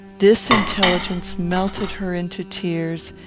this intelligence melted her into tears,